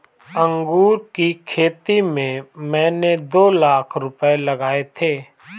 अंगूर की खेती में मैंने दो लाख रुपए लगाए थे